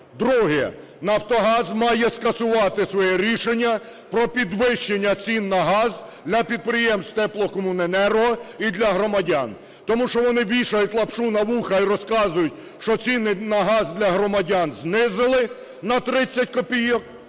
Друге. "Нафтогаз" має скасувати своє рішення про підвищення цін на газ для підприємств теплокомуненерго і для громадян. Тому що вони вішають лапшу на вуха і розказують, що ціни на газ для громадян знизили на 30 копійок,